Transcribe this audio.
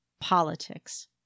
politics